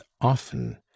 often